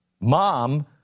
Mom